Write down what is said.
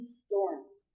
storms